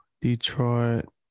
Detroit